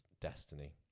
destiny